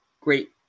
great